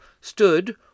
stood